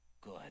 good